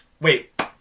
wait